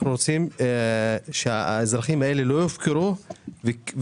אנחנו רוצים שהאזרחים האלה לא יופקרו ויקבלו